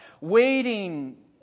waiting